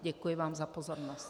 Děkuji vám za pozornost.